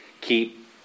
keep